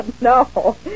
No